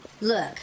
Look